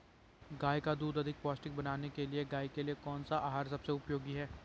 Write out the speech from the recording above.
गाय का दूध अधिक पौष्टिक बनाने के लिए गाय के लिए कौन सा आहार सबसे उपयोगी है?